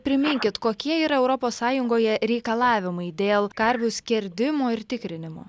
priminkit kokie yra europos sąjungoje reikalavimai dėl karvių skerdimo ir tikrinimo